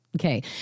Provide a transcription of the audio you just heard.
Okay